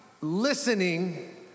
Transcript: listening